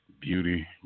Beauty